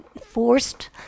forced